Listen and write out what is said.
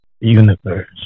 universe